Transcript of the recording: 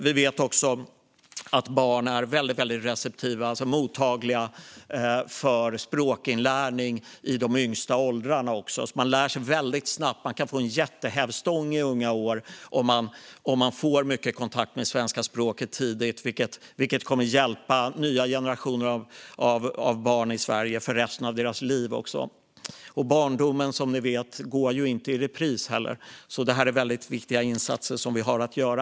Vi vet också att barn är väldigt receptiva, alltså mottagliga, för språkinlärning i de yngsta åldrarna och att de lär sig väldigt snabbt. Man kan få en jättehävstång i unga år om man får mycket kontakt med det svenska språket tidigt, vilket kommer att hjälpa nya generationer av barn i Sverige i resten av deras liv. Barndomen går, som ni vet, inte i repris, så vi har viktiga insatser att göra.